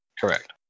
Correct